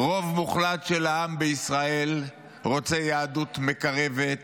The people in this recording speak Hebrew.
רוב מוחלט של העם בישראל רוצה יהדות מקרבת